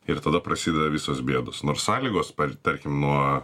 ir tada prasideda visos bėdos nors sąlygos par tarkim nuo